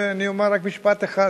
אני אומר רק משפט אחד,